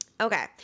Okay